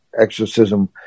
exorcism